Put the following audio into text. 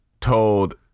told